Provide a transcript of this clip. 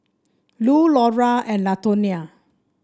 Lu Laura and Latonia